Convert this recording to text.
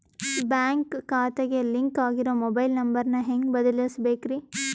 Bank ಖಾತೆಗೆ link ಆಗಿರೋ mobile number ನ ಹೆಂಗ್ ಬದಲಿಸಬೇಕ್ರಿ?